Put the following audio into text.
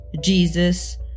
Jesus